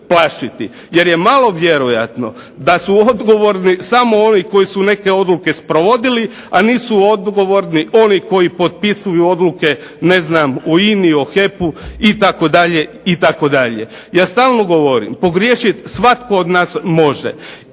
Jer je malo vjerojatno da su odgovorni samo oni koji su neke odluke sprovodili, a nisu odgovorni oni koji potpisuju odluke ne znam o INA-i, o HEP-u itd. Ja stalno govorim, pogriješit svatko od nas može